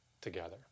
together